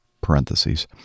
parentheses